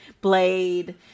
Blade